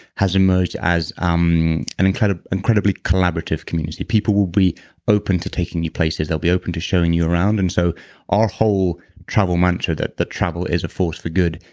has emerged as um an and kind of incredibly collaborative community. people will be open to taking you places, they'll be open to showing you around. and so our whole travel mantra, that the travel is a force for good,